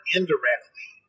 indirectly